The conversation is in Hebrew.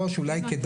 כדי